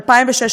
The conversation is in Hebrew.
התשס"ו 2006,